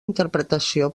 interpretació